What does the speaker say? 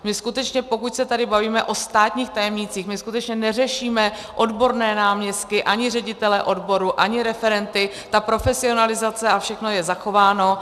My skutečně, pokud se tady bavíme o státních tajemnících, my skutečně neřešíme odborné náměstky, ani ředitele odboru, ani referenty, ta profesionalizace a všechno je zachováno.